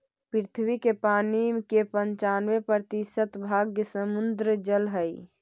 पृथ्वी के पानी के पनचान्बे प्रतिशत भाग समुद्र जल हई